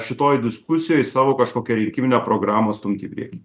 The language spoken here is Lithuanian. šitoj diskusijoj savo kažkokią rinkiminę programą stumti į priekį